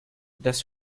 das